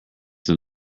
than